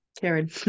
Karen